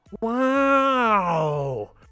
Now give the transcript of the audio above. Wow